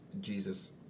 Jesus